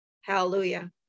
hallelujah